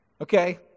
Okay